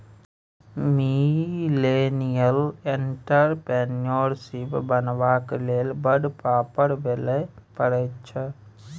millennial entrepreneurship बनबाक लेल बड़ पापड़ बेलय पड़ैत छै